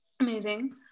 Amazing